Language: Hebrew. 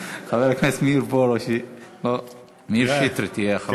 חבר הכנסת מאיר שטרית יהיה אחרון הדוברים.